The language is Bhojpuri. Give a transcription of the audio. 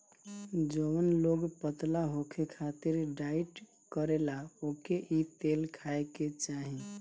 जवन लोग पतला होखे खातिर डाईट करेला ओके इ तेल खाए के चाही